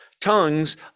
tongues